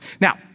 Now